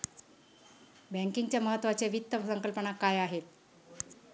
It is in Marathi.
बँकिंगच्या महत्त्वाच्या वित्त संकल्पना काय आहेत?